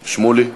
שמולי.